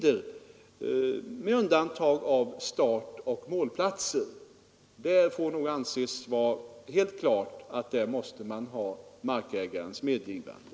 Dock med undantag för startoch målplatser — där får det anses helt klart att man måste ha markägarens medgivande.